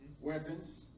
weapons